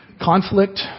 conflict